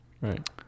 Right